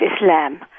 Islam